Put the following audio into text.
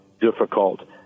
difficult